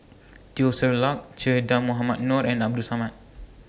Teo Ser Luck Che Dah Mohamed Noor and Abdul Samad